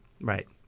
Right